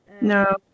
no